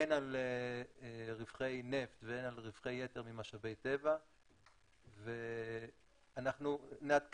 הן על רווחי נפט והן על רווחי יתר ממשאבי טבע ואנחנו נעדכן,